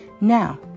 Now